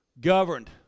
governed